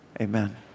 amen